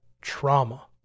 trauma